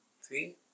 See